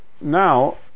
now